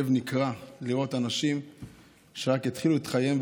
הלב נקרע לראות אנשים שרק התחילו את חייהם.